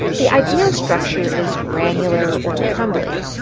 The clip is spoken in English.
the ideal structure is granular or crumbly.